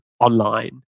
online